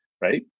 Right